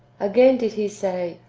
again did he say,